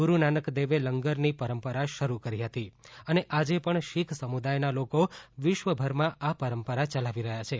ગુરુનાનક દેવે લંગરની પરંપરા શરૂ કરી હતી અને આજે પણ શીખ સમુદાયના લોકો વિશ્વભરમાં આ પરંપરા ચલાવી રહ્યા છે